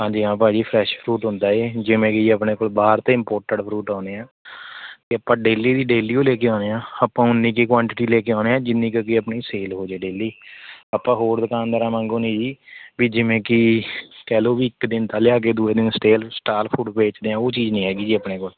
ਹਾਂਜੀ ਹਾਂ ਭਾਅ ਜੀ ਫਰੈਸ਼ ਫਰੂਟ ਹੁੰਦਾ ਹੈ ਜਿਵੇਂ ਕਿ ਆਪਣੇ ਕੋਲ ਬਾਹਰ ਤੋਂ ਇੰਮਪੋਰਟਡ ਫਰੂਟ ਆਉਂਦੇ ਹੈ ਅਤੇ ਆਪਾਂ ਡੇਲੀ ਦੀ ਡੇਲੀ ਓ ਲੈ ਕੇ ਆਉਂਦੇ ਹਾਂ ਆਪਾਂ ਓਨੀਂ ਕੁ ਕੋਆਨਟੀਟੀ ਲੈ ਕੇ ਆਉਂਦੇ ਹਾਂ ਜਿੰਨੀ ਕੁ ਕਿ ਆਪਣੀ ਸੇਲ ਹੋ ਜਾਵੇ ਡੇਲੀ ਆਪਾਂ ਹੋਰ ਦੁਕਾਨਦਾਰਾਂ ਵਾਗੂੰ ਨਹੀਂ ਜੀ ਵੀ ਜਿਵੇਂ ਕਿ ਕਹਿ ਲਉ ਵੀ ਇੱਕ ਦਿਨ ਦਾ ਲਿਆ ਕੇ ਦੂਜੇ ਦਿਨ ਸਟੇਲ ਸਟਾਲ ਫਰੂਟ ਵੇਚਦੇ ਹਾਂ ਉਹ ਚੀਜ਼ ਨਹੀਂ ਹੈਗੀ ਜੀ ਆਪਣੇ ਕੋਲ